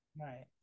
Right